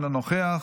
פה,